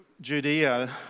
Judea